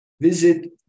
Visit